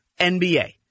NBA